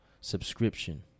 subscription